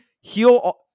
Heal